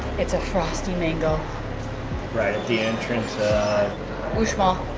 it's a frosty mango right at the entrance of uxmal,